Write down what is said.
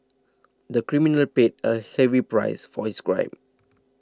the criminal paid a heavy price for his crime